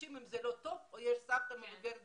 מרגישים עם זה לא טוב או שיש סבתא מבוגרת בבית,